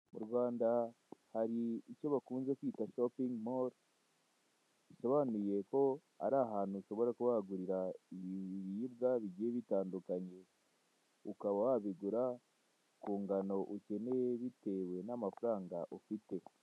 Mu Rwanda hari icyo bakunze kwita shopingi molu bisobanuye ko ari ahantu ushobora kuba wagurira ibiribwa bigiye bitandukanye. Ukaba wabigura ku ngano ukeneye bitewe n'amafaranga ufite.